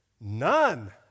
None